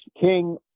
king